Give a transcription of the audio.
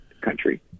country